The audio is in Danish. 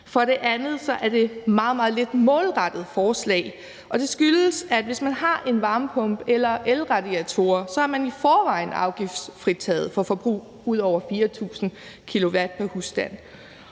For det andet er det et meget, meget lidt målrettet forslag, og det skyldes, at hvis man har en varmepumpe eller elradiatorer, er man i forvejen afgiftsfritaget for forbrug ud over 4.000 kWh om året pr.